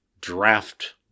Draft